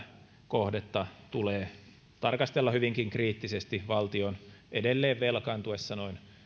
kohdetta tulee tarkastella hyvinkin kriittisesti valtion edelleen velkaantuessa noin kolme